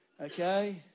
okay